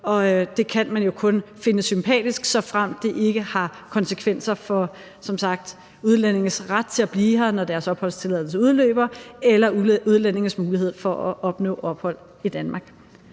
Det kan man jo kun finde sympatisk, såfremt det som sagt ikke har konsekvenser for udlændinges ret til at blive her, når deres opholdstilladelse udløber, eller udlændinges mulighed for at opnå ophold i Danmark.